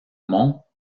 mont